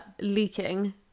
leaking